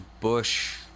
Bush